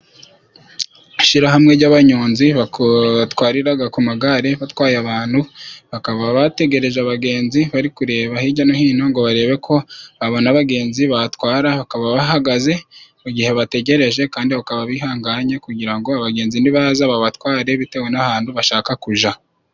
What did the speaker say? Ishirahamwe ry'abanyonzi batwariraga ku magare batwaye abantu. Bakaba bategereje abagenzi. Bari kureba hirya no hino ngo barebe ko babona abagenzi batwara. Bakaba bahagaze, mu gihe bategereje kandi bakaba bihanganye kugira ngo abagenzi nibaza, babatware bitewe n'ahantu bashaka kuja.